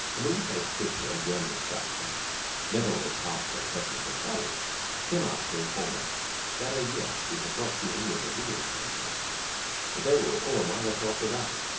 a moon-faced trooper of german extraction never was park so carefully patrolled came up to inform us that as yet we had not seen any of the real geysers that they were all a mile or so up the valley,